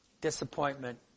Disappointment